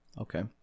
Okay